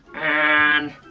and.